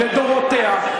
לדורותיה,